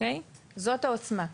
זאת העוצמה.